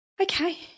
okay